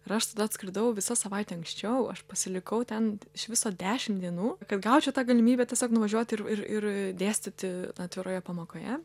ir aš tada atskridau visa savaite anksčiau aš pasilikau ten iš viso dešim dienų kad gaučiau tą galimybę tiesiog nuvažiuoti ir ir ir dėstyti atviroje pamokoje